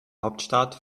hauptstadt